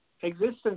existence